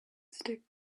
stick